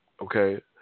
Okay